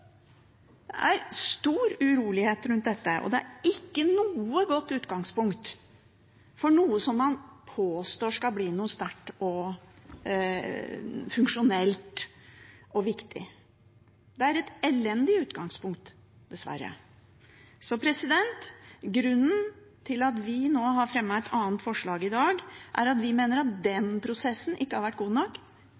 det er det. Det er stor urolighet rundt dette, og det er ikke noe godt utgangspunkt for noe man påstår skal bli noe sterkt, funksjonelt og viktig. Det er et elendig utgangspunkt, dessverre. Grunnen til at vi har fremmet et annet forslag i dag, er at vi mener at den